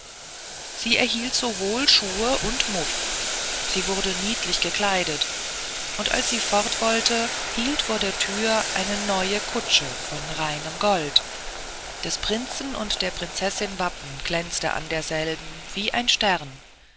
sie erhielt sowohl schuhe und muff sie wurde niedlich gekleidet und als sie fort wollte hielt vor der thür eine neue kutsche von reinem gold des prinzen und der prinzessin wappen glänzte an derselben wie ein stern